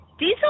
Diesel